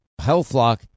HealthLock